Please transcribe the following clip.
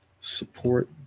support